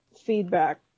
feedback